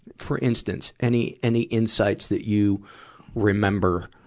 for instance, any, any insights that you remember,